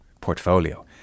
portfolio